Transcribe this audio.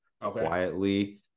quietly